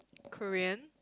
Korean